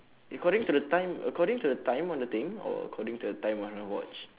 according to the time according to the time on the thing or according to the time on your watch